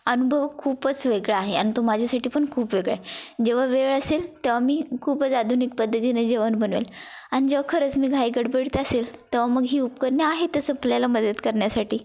अनुभव खूपच वेगळा आहे आणि तो माझ्यासाठी पण खूप वेगळा आहे जेव्हा वेळ असेल तेव्हा मी खूपच आधुनिक पद्धतीने जेवण बनवेल आणि जेव्हा खरंच मी घाईगडबडीत असेल तेव्हा मग ही उपकरणे आहेतच आपल्याला मदत करण्यासाठी